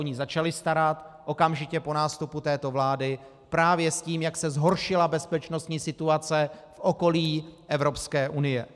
My jsme se o ni začali starat okamžitě po nástupu této vlády právě s tím, jak se zhoršila bezpečnostní situace v okolí Evropské unie.